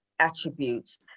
attributes